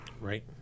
right